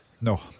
No